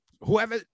whoever